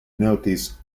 notice